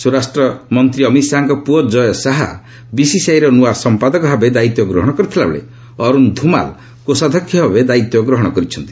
ସ୍ୱରାଷ୍ଟ୍ର ମନ୍ତ୍ରୀ ଅମିତ ଶାହାଙ୍କର ପୁଅ କୟ ଶାହା ବିସିସିଆଇର ନ୍ତଆ ସମ୍ପାଦକ ଭାବେ ଦାୟିତ୍ୱ ଗ୍ରହଣ କରିଥିବା ବେଳେ ଅରୁଣ ଧ୍ରମାଲ୍ କୋଷାଧ୍ୟକ୍ଷ ଭାବେ ଦାୟିତ୍ୱ ଗ୍ରହଣ କରିଛନ୍ତି